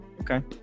Okay